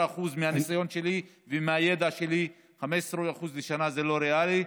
15% מהניסיון שלי ומהידע שלי 15% לשנה זה לא ריאלי,